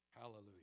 Hallelujah